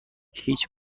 هیچ